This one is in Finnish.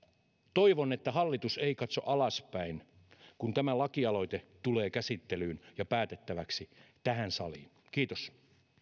toivon että hallitus ei katso alaspäin kun tämä lakialoite tulee käsittelyyn ja päätettäväksi tähän saliin kiitos